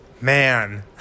Man